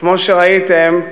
וכמו שראיתם,